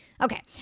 Okay